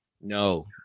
no